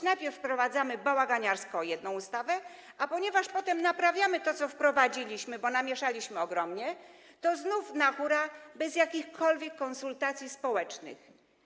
Najpierw wprowadzamy bałaganiarsko jedną ustawę, a potem naprawiamy to, co wprowadziliśmy, bo namieszaliśmy ogromnie, i znów na hurra, bez jakichkolwiek konsultacji społecznych.